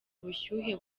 ubushyuhe